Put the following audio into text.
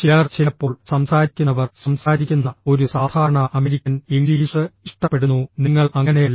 ചിലർ ചിലപ്പോൾ സംസാരിക്കുന്നവർ സംസാരിക്കുന്ന ഒരു സാധാരണ അമേരിക്കൻ ഇംഗ്ലീഷ് ഇഷ്ടപ്പെടുന്നു നിങ്ങൾ അങ്ങനെയല്ല